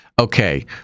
Okay